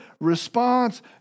response